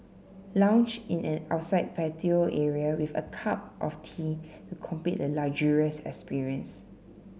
lounge in an outside patio area with a cup of tea to complete the luxurious experience